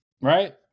Right